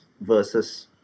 versus